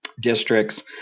districts